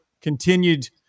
continued